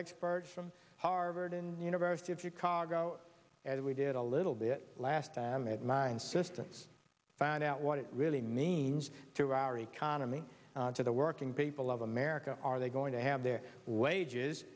experts from harvard and university of chicago and we did a little bit last time it mind systems found out what it really means to our economy to the working people of america are they going to have their wages